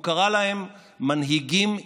הוא קרא להם מנהיגים אישיים,